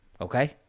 okay